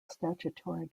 statutory